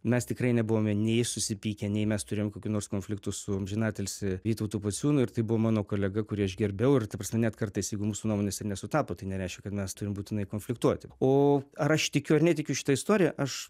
mes tikrai nebuvome nei susipykę nei mes turėjom kokių nors konfliktų su amžinatilsį vytautu pociūnu ir tai buvo mano kolega kurį aš gerbiau ir ta prasme net kartais jeigu mūsų nuomonės nesutapo tai nereiškia kad mes turim būtinai konfliktuoti o ar aš tikiu ar netikiu šita istorija aš